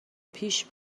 پیش